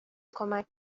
کمک